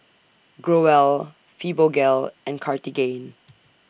Growell Fibogel and Cartigain